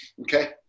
Okay